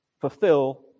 fulfill